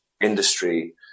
industry